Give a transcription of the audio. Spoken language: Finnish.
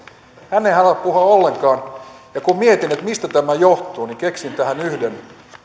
hän ei halua puhua ollenkaan kun mietin mistä tämä johtuu niin keksin tähän yhden